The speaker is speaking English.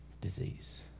disease